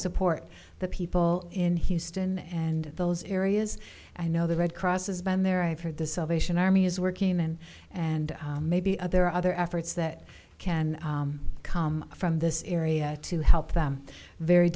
support the people in houston and those areas i know the red cross has been there i've heard this ovation army is working in and maybe other other efforts that can come from this area to help them very